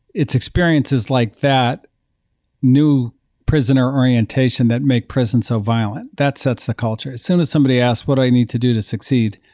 it's experiences like that new prisoner orientation that make prison so violent. that sets the culture. as soon as somebody asks, what do i need to do to succeed?